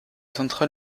central